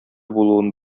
булуын